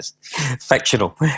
fictional